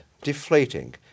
Deflating